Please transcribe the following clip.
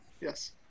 Yes